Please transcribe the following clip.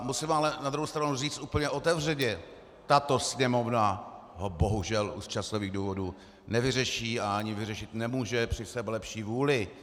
Musím ale na druhou stranu říct úplně otevřeně, tato Sněmovna ho bohužel už z časových důvodů nevyřeší a ani vyřešit nemůže při sebelepší vůli.